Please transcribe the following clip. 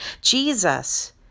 Jesus